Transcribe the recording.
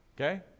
okay